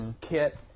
kit